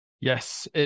Yes